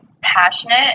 passionate